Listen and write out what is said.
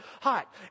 hot